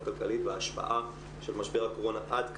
כלכלית וההשפעה של משבר הקורונה עד כאן,